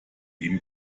ihm